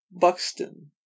Buxton